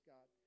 God